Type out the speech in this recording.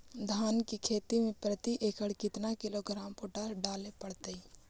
धान की खेती में प्रति एकड़ केतना किलोग्राम पोटास डाले पड़तई?